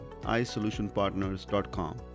isolutionpartners.com